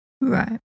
Right